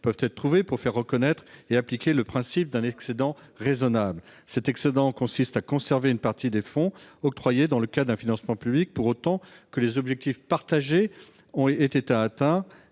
peuvent être trouvées pour faire reconnaître et appliquer le principe d'excédent raisonnable. Il s'agit de conserver une partie des fonds octroyés dans le cadre d'un financement public pour autant que les objectifs partagés aient été atteints